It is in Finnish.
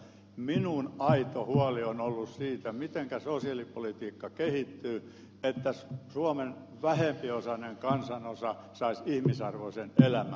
minun aito huoleni on ollut se mitenkä sosiaalipolitiikka kehittyy että suomen vähempiosainen kansanosa saisi ihmisarvoisen elämän